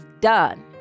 done